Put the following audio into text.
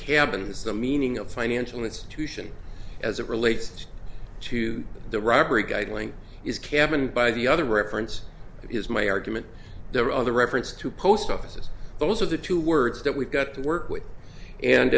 cabin is the meaning of financial institution as it relates to the robbery guide link is cabin by the other reference is my argument there are other reference to post offices those are the two words that we've got to work with and